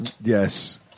Yes